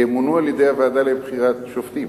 ימונו על-ידי הוועדה לבחירת שופטים.